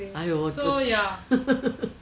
!aiyo! 我的